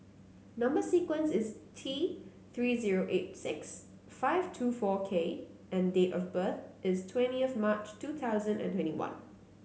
number sequence is T Three zero eight six five two four K and date of birth is twenty of March two thousand and twenty one